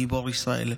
גיבור ישראל.